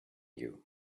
you